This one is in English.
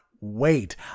wait